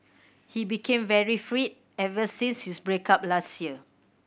he became very free ever since his break up last year